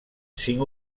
cinc